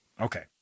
Okay